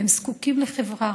הם זקוקים לחברה